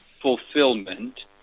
fulfillment